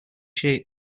shape